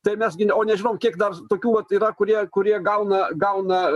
tai mes o nežinau kiek dar tokių vat yra kurie kurie gauna gauna